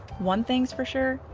one thing's for sure,